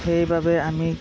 সেইবাবে আমি